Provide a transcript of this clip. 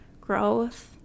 growth